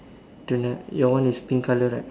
do not your one is pink colour right